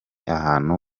ahantu